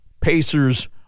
Pacers